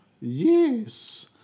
yes